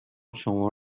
شما